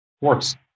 works